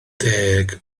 deg